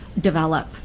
develop